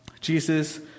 Jesus